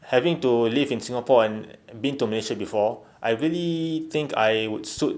having to live in singapore and been to malaysia before I really think I would suit